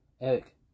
Eric